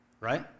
Right